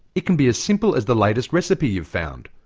it can be as simple as the latest recipe you found,